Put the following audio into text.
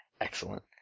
excellent